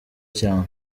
cyane